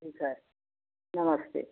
ठीक है नमस्ते